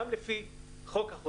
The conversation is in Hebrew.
גם לפי סעיף 9 בחוק החוזים,